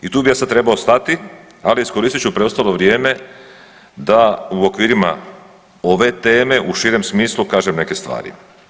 I tu bi ja sad trebao stati, ali iskoristit ću preostalo vrijeme da u okvirima ove teme u širem smislu kažem neke stvari.